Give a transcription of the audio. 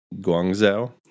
Guangzhou